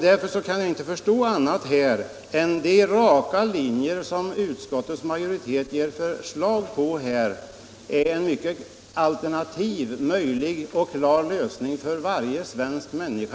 Jag kan inte förstå annat än att utskottsmajoritetens förslag ger oss raka linjer och ett alternativ för varje svensk människa.